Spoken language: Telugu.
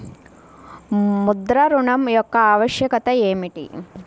ముద్ర ఋణం యొక్క ఆవశ్యకత ఏమిటీ?